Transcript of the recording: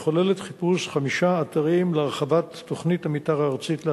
וכוללת חיפוש אחר חמישה אתרים להרחבת תוכנית המיתאר הארצית להתפלה,